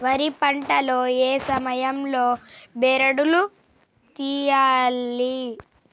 వరి పంట లో ఏ సమయం లో బెరడు లు తియ్యాలి?